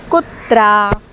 कुत्रा